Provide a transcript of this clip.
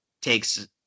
takes